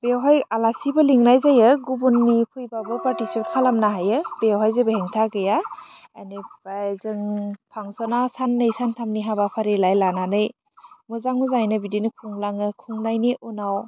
बेवहाय आलासिबो लेंनाय जायो गुबुननि फैबाबो पार्टिसिपेट खालामनो हायो बेवहाय जेबो हेंथा गैया आनिफाय जों फांसनआ सान्नै सानथामनि हाबाफारि लायै लानानै मोजां मोजाङैनो बिदिनो खुंलाङो खुंनायनि उनाव